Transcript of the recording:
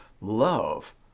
love